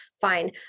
fine